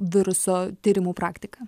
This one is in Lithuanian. viruso tyrimų praktika